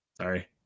sorry